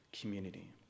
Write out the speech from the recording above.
community